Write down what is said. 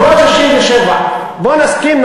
67'. בוא נסכים,